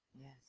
Yes